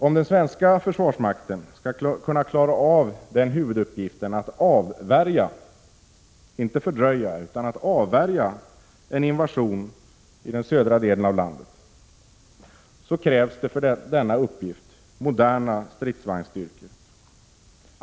Om den svenska försvarsmakten skall kunna klara av huvuduppgiften att avvärja, inte fördröja, en invasion i den södra delen av landet krävs det för denna uppgift moderna stridsvagnsstyrkor.